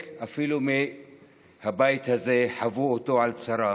חלק בבית הזה אפילו חוו אותו על בשרם,